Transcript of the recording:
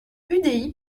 udi